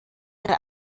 ihre